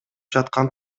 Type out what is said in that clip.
жаткан